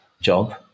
job